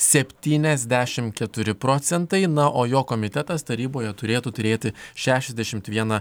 septyniasdešimt keturi procentai na o jo komitetas taryboje turėtų turėti šešiasdešimt vieną